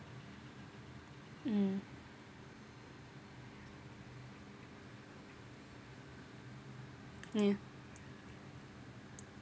mm ya